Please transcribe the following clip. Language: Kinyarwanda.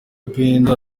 pendo